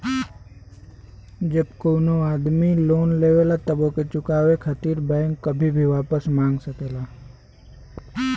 जब कउनो आदमी लोन लेवला तब ओके चुकाये खातिर बैंक कभी भी वापस मांग सकला